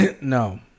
No